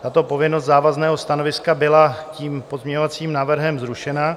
Tato povinnost závazného stanoviska byla tím pozměňovacím návrhem zrušena.